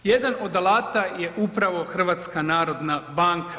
Jedan od alata je upravo HNB.